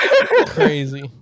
Crazy